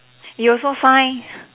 you also sign